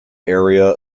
area